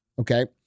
okay